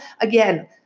again